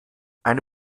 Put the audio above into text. eine